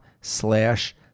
slash